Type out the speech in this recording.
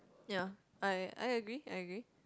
ya I I agree I agree